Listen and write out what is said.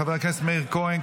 חבר הכנסת מאיר כהן,